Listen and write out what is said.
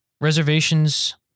Reservations